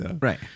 Right